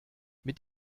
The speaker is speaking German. mit